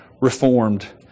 reformed